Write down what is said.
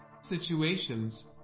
situations